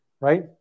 right